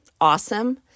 awesome